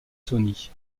tony